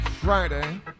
Friday